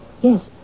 Yes